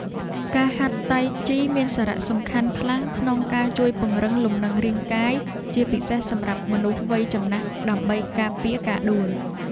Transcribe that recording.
ការហាត់តៃជីមានសារៈសំខាន់ខ្លាំងក្នុងការជួយពង្រឹងលំនឹងរាងកាយ ជាពិសេសសម្រាប់មនុស្សវ័យចំណាស់ដើម្បីការពារការដួល។